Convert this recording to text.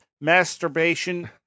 masturbation